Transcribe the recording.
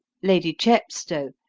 lady chepstow,